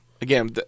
again